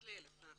אחד לאלף.